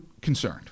concerned